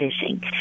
fishing